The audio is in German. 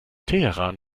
teheran